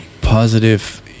positive